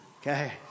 okay